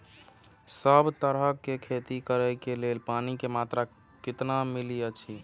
सब तरहक के खेती करे के लेल पानी के मात्रा कितना मिली अछि?